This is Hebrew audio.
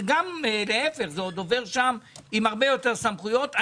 זה עוד עובר שם עם הרבה יותר סמכויות.